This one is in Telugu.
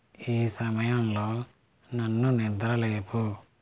ఈ సమయంలో నన్ను నిద్ర లేపు